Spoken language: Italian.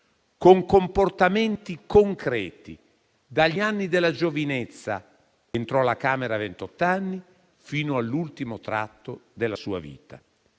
con comportamenti concreti, dagli anni della giovinezza (entrò alla Camera a ventott'anni) fino all'ultimo tratto della sua vita.